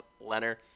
Leonard